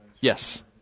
Yes